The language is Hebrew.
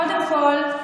קודם כול,